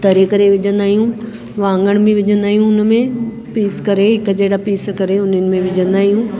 तरे करे विझंदा आहियूं वाङण बि विझंदा आहियूं हुन में पीस करे हिक जहिड़ा पीस करे उन्हनि में विझंदा आहियूं